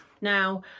Now